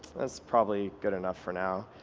that's probably good enough for now.